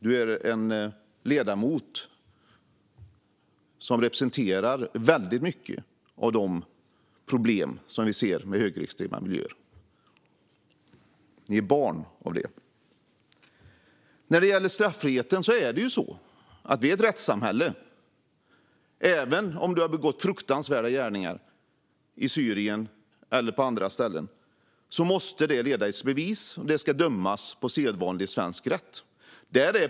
Du är en ledamot som representerar väldigt mycket av de problem som vi ser med högerextrema miljöer. Ni är barn av detta. När det gäller frågan om straffriheten är det så att vi har ett rättssamhälle. Även om man har begått fruktansvärda gärningar i Syrien eller på andra ställen måste det ledas i bevis. Man ska dömas enligt sedvanlig svensk rätt.